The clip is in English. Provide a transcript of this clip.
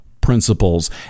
Principles